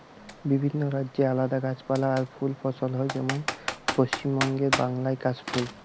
বিভিন্ন রাজ্যে আলদা গাছপালা আর ফুল ফসল হয় যেমন যেমন পশ্চিম বাংলায় কাশ ফুল